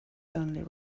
only